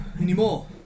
Anymore